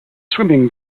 swimming